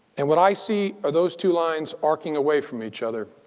and when i see ah those two lines arching away from each other,